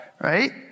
right